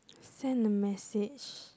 send a message